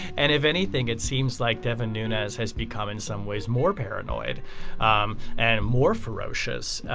and if anything it seems like devon nunez has become in some ways more paranoid um and more ferocious